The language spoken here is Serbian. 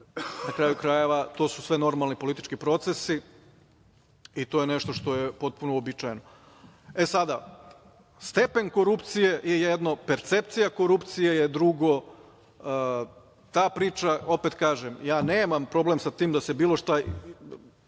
kraju krajeva, to su sve normalni politički procesi i to je nešto što je potpuno uobičajeno. Sada stepen korupcije je jedno percepcija, korupcije je drugo. Ta priča, opet kažem, ja nemam problem sa tim da se bilo šta